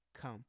come